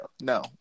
no